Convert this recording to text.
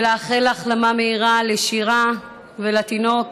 ולאחל החלמה מהירה לשירה ולתינוק